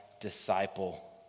disciple